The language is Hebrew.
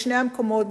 בשני המקומות,